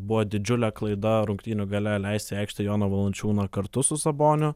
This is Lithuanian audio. buvo didžiulė klaida rungtynių gale leisti į aikštę joną valančiūną kartu su saboniu